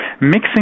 mixing